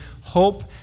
hope